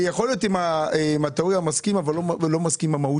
עם התיאוריה אני מסכים אבל לא מסכים עם המהות